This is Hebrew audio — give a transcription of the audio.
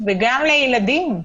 וגם לילדים.